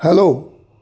hello